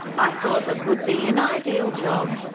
i thought that would be an ideal job.